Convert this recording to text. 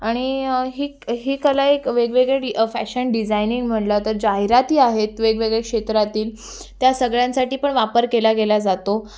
आणि ही ही कला एक वेगवेगळे डी फॅशन डिझायनींग म्हणलं तर जाहिराती आहेत वेगवेगळे क्षेत्रातील त्या सगळ्यांसाठी पण वापर केला गेला जातो